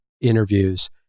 interviews